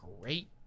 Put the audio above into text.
great